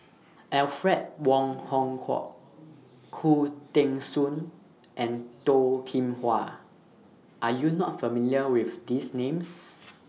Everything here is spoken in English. Alfred Wong Hong Kwok Khoo Teng Soon and Toh Kim Hwa Are YOU not familiar with These Names